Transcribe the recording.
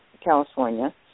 California